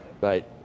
Right